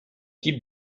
type